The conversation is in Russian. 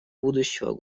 будущего